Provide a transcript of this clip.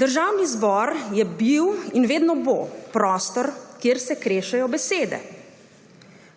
Državni zbor je bil in vedno bo prostor, kjer se krešejo besede.